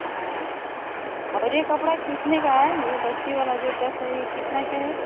हाँ और ये कपड़ा कितने का है ये बच्ची वाला जो टप है ये कितने का है